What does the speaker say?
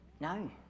no